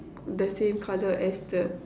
the same colour as the